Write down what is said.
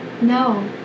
No